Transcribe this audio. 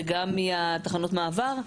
זה גם מתחנות מעבר?